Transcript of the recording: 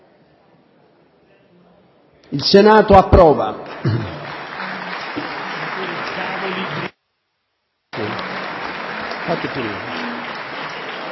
*Il Senato approva.*